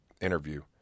interview